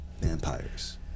vampires